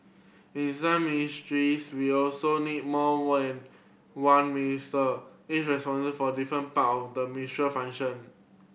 in some ministries we also need more one one Minister each responsible for a different part of the ministry function